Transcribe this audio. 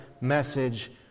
message